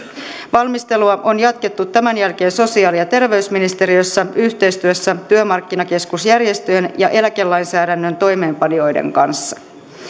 valmistelua on jatkettu tämän jälkeen sosiaali ja terveysministeriössä yhteistyössä työmarkkinakeskusjärjestöjen ja eläkelainsäädännön toimeenpanijoiden kanssa